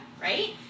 right